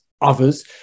others